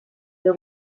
der